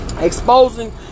exposing